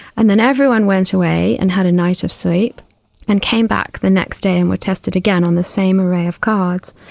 and then everyone went away and had a night of sleep and came back the next day and were tested again on the same array of cards.